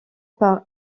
par